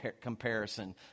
comparison